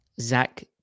Zach